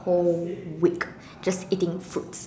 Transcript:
whole week just eating fruits